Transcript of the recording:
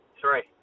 Three